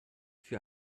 für